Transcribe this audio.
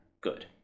good